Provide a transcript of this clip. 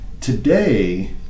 Today